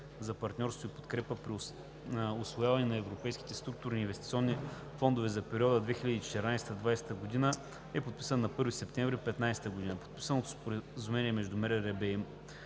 за партньорство и подкрепа при усвояване на Европейските структурни и инвестиционни фондове за периода 2014 – 2020 г. е подписан на 1 септември 2015 г. Подписаното Споразумение между МРРБ и МБВР